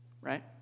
right